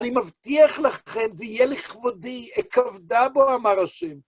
אני מבטיח לכם, זה יהיה לכבודי אכבדה בו, אמר השם.